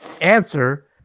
Answer